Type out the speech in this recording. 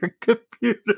computer